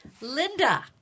Linda